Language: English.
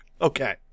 Okay